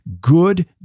Good